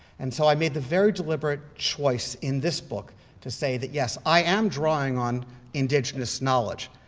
and so i made the very deliberate choice in this book to say that, yes, i am drawing on indigenous knowledge,